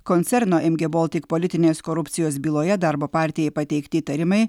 koncerno em gie boltik politinės korupcijos byloje darbo partijai pateikti įtarimai